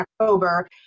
October